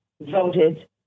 voted